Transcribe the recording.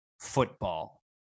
football